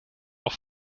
auch